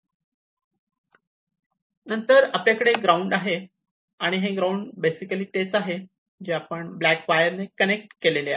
आणि नंतर आपल्याकडे ग्राउंड आहे हे ग्राउंड बेसिकली तेच आहे जे आपण ब्लॅक वायरने कनेक्ट केलेले आहे